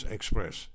Express